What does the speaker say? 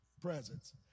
presence